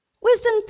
Wisdom